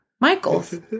Michael's